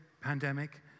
pandemic